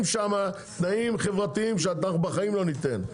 שם תנאים חברתיים שאנחנו בחיים לא ניתן.